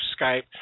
Skype